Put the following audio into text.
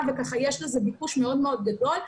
וככה יש לזה ביקוש מאוד מאוד גדול,